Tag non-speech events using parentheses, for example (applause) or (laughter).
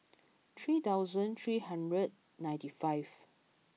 (noise) three thousand three hundred ninety five